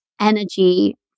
Energy